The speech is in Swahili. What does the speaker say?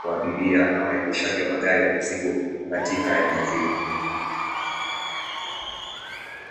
kwa abiria na waendeshaji wa magari ya mizigo katika eneo hili.